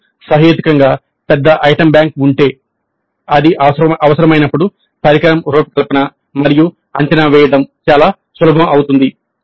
మాకు సహేతుకంగా పెద్ద ఐటెమ్ బ్యాంక్ ఉంటే అది అవసరమైనప్పుడు పరికరం రూపకల్పన మరియు అంచనా వేయడం చాలా సులభం అవుతుంది